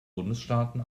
bundesstaaten